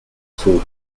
sur